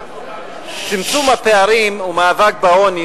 צמצום הפערים והמאבק בעוני,